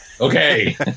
Okay